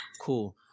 cool